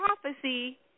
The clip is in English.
prophecy